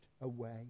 away